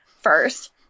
first